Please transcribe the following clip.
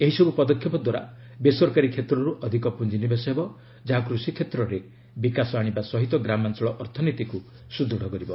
ଏହିସବୁ ପଦକ୍ଷେପ ଦ୍ୱାରା ବେସରକାରୀ କ୍ଷେତ୍ରରୁ ଅଧିକ ପୁଞ୍ଜିନିବେଶ ହେବ ଯାହା କୃଷି କ୍ଷେତ୍ରରେ ବିକାଶ ଆଣିବା ସହ ଗ୍ରାମାଞ୍ଚଳ ଅର୍ଥନୀତିକୁ ସୁଦୂଢ଼ କରିବ